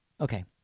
Okay